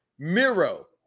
Miro